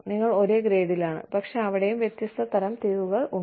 നിങ്ങൾ ഒരേ ഗ്രേഡിലാണ് പക്ഷേ അവിടെയും വ്യത്യസ്ത തരംതിരിവുകൾ ഉണ്ട്